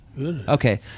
Okay